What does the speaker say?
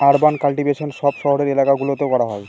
urban cultivation সব শহরের এলাকা গুলোতে করা হয়